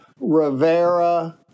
Rivera